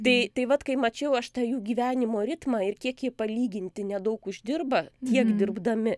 tai tai vat kai mačiau aš tą jų gyvenimo ritmą ir kiek jie palyginti nedaug uždirba tiek dirbdami